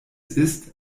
ist